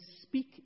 speak